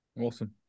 Awesome